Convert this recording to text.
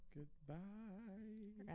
Goodbye